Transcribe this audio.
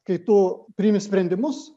kai tu priimi sprendimus